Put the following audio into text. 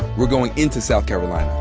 we're going into south carolina.